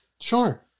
Sure